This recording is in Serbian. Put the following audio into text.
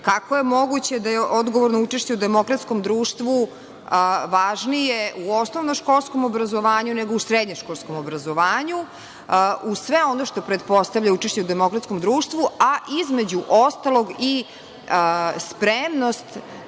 kako je moguće da je odgovorno učešće u demokratskom društvu važnije u osnovnom školskom obrazovanju, nego u srednjem obrazovanju, uz sve ono što pretpostavlja učešće u demokratskom društvu, a između ostalog i spremnost